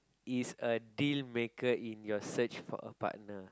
is a dealmaker in your search for a partner